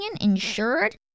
insured